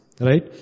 Right